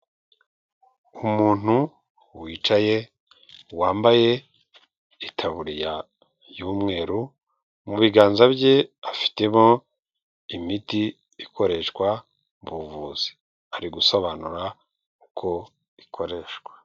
Umuntu wicaye wambaye ikaburiya y'umweru, mu biganza bye afitemo imiti ikoreshwa mu buvuzi. Ari gusobanura uko ikoreshwa.